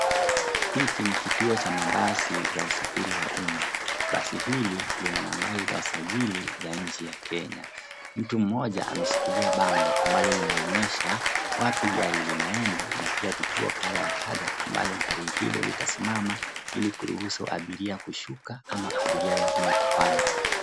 Hiki ni kituo cha mabasi za usafiri wa umma. Basi hili lina nambari za usajili za nchi ya kenya. Mtu mmoja ameshikilia bango ambalo linaonyesha wapi gari Lina enda na pia vituo kadha wa kadha ambalo gari hilo litasimama ili kuruhusu abiria kushuka au abiria wengine kupanda.